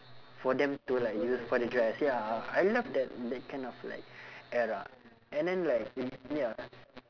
for them to like use for the dress ya ah I love that that kind of like era and then like in ya